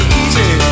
easy